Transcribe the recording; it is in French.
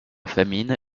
famine